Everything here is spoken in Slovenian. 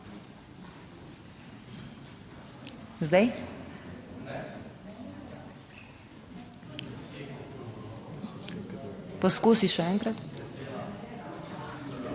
Zdaj? Poskusi še enkrat.